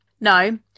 no